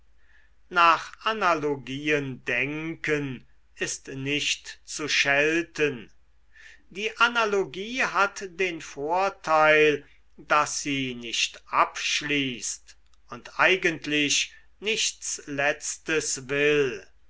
nach analogien denken ist nicht zu schelten die analogie hat den vorteil daß sie nicht abschließt und eigentlich nichts letztes will